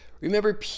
Remember